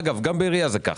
אגב, גם בעירייה זה כך.